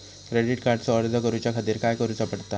Credit कार्डचो अर्ज करुच्या खातीर काय करूचा पडता?